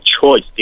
choice